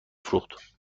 فروخت